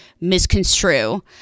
misconstrue